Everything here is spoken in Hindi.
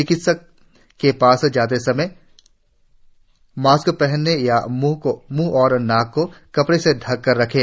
चिकित्सक के पास जाते समय मास्कपहनें या मूंह और नाक को कपड़े से ढककर रखें